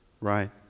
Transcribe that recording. right